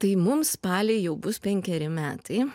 tai mums spalį jau bus penkeri metai